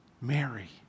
Mary